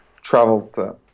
traveled